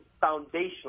foundational